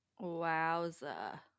wowza